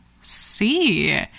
see